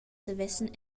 savessen